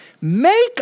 Make